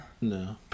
No